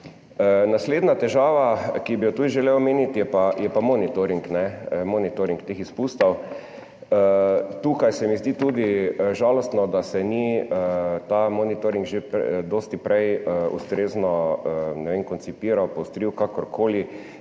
Naslednja težava, ki bi jo tudi želel omeniti, je pa monitoring teh izpustov. Tukaj se mi zdi žalostno, da se ni ta monitoring že dosti prej ustrezno koncipiral, poostril, kakorkoli.